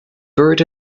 buried